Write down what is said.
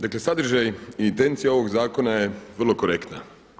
Dakle sadržaj i intencija ovog zakona je vrlo korektna.